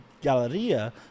galleria